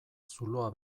zuloa